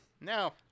No